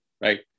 right